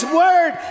word